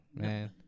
man